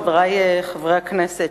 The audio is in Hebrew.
חברי חברי הכנסת,